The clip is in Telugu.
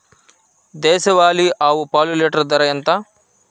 దేశవాలీ ఆవు పాలు లీటరు ధర ఎంత?